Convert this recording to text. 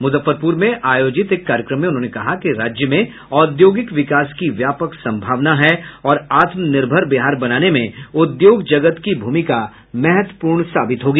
मुजफ्फरपुर में आयोजित एक कार्यक्रम में उन्होंने कहा कि राज्य में औद्योगिक विकास की व्यापक संभावना है और आत्मनिर्भर बिहार बनाने में उद्योग जगत की भूमिका महत्वपूर्ण साबित होगी